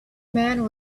men